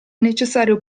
necessario